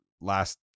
last